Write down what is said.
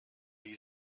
die